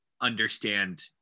understand